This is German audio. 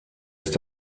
ist